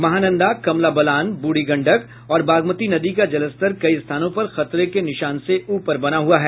महानंदा कमला बलान ब्रुढ़ी गंडक और बागमती नदी का जलस्तर कई स्थानों पर खतरे के निशान से ऊपर बना हुआ है